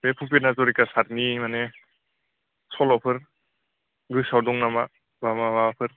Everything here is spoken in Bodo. बे भुपेन हाजरिका सारनि माने सल'फोर गोसोआव दं नामा एबा माबाफोर